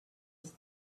its